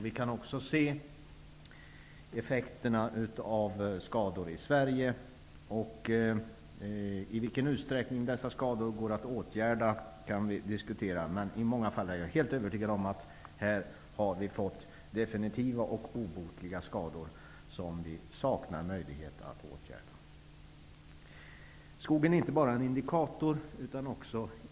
Vi kan alla se effekterna av skador i Sverige. I vilken utsträckning dessa skador går att åtgärda kan diskuteras. Men jag är övertygad om att vi i många fall har fått definitiva och obotliga skador som vi saknar möjlighet att åtgärda. Skogen är inte bara en indikator.